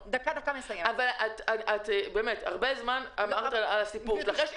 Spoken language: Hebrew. רוית, הרבה זמן דיברת על הבעיה שלכם.